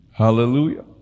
hallelujah